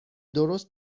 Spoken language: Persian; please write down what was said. درست